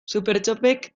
supertxopek